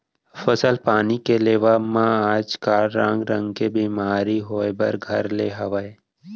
फसल पानी के लेवब म आज काल रंग रंग के बेमारी होय बर घर ले हवय